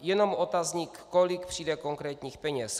Jenom otazník, kolik přijde konkrétních peněz.